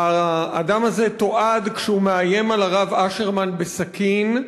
האדם הזה תועד כשהוא מאיים על הרב אשרמן בסכין,